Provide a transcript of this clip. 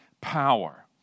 power